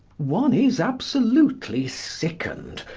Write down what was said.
one is absolutely sickened,